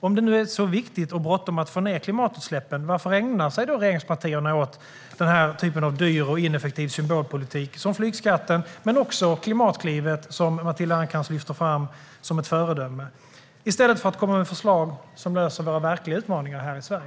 Om det är så viktigt och bråttom att sänka klimatutsläppen, varför ägnar sig regeringspartierna åt den typen av dyr och ineffektiv symbolpolitik, till exempel flygskatten och Klimatklivet, som Matilda Ernkrans lyfter fram som ett föredöme, i stället för att lägga fram förslag som löser våra verkliga utmaningar i Sverige?